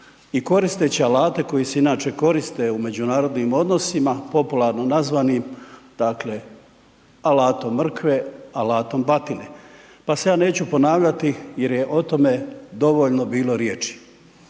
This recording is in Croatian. koristeći alate koji se inače koriste u međunarodnim odnosima popularno nazvanim dakle „alatom mrkve“, „alatom batine“ pa se ja neću ponavljati jer je o tome dovoljno bilo riječi.